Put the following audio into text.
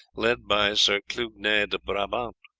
led by sir clugnet de brabant.